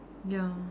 ya